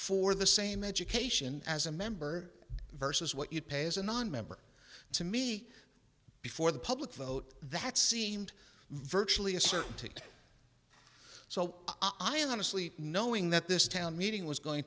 for the same education as a member versus what you pay as a nonmember to me before the public vote that seemed virtually a certainty so i honestly knowing that this town meeting was going